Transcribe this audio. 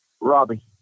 Robbie